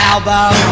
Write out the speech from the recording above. Album